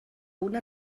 una